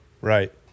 Right